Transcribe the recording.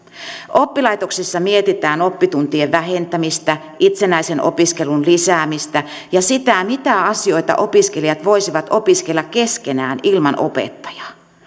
oppilaitoksissa mietitään oppituntien vähentämistä itsenäisen opiskelun lisäämistä ja sitä mitä asioita opiskelijat voisivat opiskella keskenään ilman opettajaa